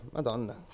Madonna